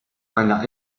meine